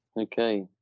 Okay